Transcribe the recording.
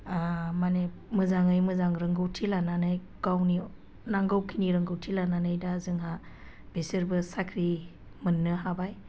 माने मोजाङै मोजां रोंगौथि लानानै गावनि नांगौखिनि रोंगौथि लानानै दा जोंहा बिसोरबो साख्रि मोननो हाबाय